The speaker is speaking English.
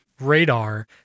radar